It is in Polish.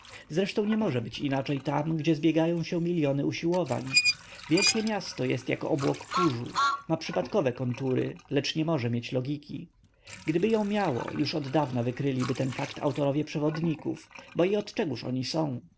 zresztą nie może być inaczej tam gdzie zbiegają się miliony usiłowań wielkie miasto jest jak obłok kurzu ma przypadkowe kontury lecz nie może mieć logiki gdyby ją miało już oddawna wykryliby ten fakt autorowie przewodników bo i od czegóż oni są